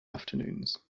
afternoons